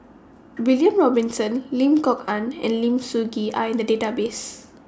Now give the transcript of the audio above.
William Robinson Lim Kok Ann and Lim Soo Ngee Are in The Database